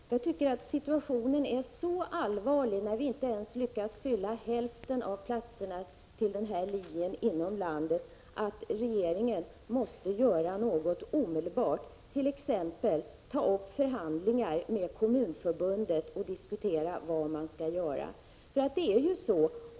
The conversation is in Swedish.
Fru talman! Jag tycker att situationen är så allvarlig, när vi inte ens lyckas fylla hälften av platserna på denna linje inom landet, att regeringen måste göra något omedelbart, t.ex. ta upp förhandlingar med Kommunförbundet och diskutera vad man skall göra.